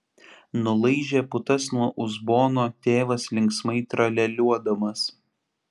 nulaižė putas nuo uzbono tėvas linksmai tralialiuodamas